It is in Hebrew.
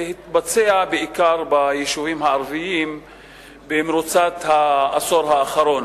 שהתבצע בעיקר ביישובים הערביים במרוצת העשור האחרון.